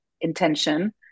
intention